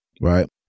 right